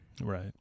Right